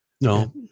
No